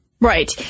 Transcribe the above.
Right